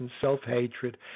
self-hatred